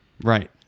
Right